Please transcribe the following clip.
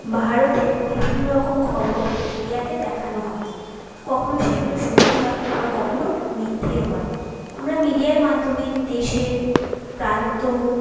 ভারতে বিভিন্ন রকম খবর মিডিয়াতে দেখানো হয় কখনো সেগুলো সত্যি হয় আবার কখনো মিথ্যেও হয় আমরা মিডিয়ার মাধ্যমে দেশের প্রান্ত